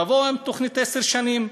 תבואו עם תוכנית לעשר שנים,